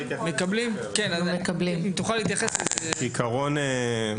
תתייחס לזה, בבקשה.